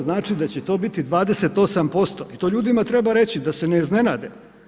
Znači da će to biti 28% i to ljudima treba reći da se ne iznenade.